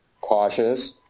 cautious